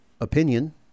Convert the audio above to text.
opinion